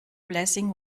blessing